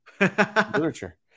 literature